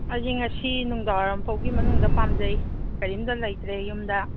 ꯑꯩꯁꯦ ꯉꯁꯤ ꯅꯨꯡꯗꯥꯡ ꯋꯥꯏꯔꯝ ꯐꯥꯎꯒꯤ ꯃꯅꯨꯡꯗ ꯄꯥꯝꯖꯩ ꯀꯔꯤꯝꯇ ꯂꯩꯇ꯭ꯔꯦ ꯌꯨꯝꯗ